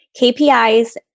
KPIs